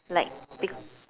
like bec~